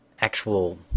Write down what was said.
actual